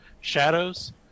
shadows